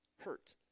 hurt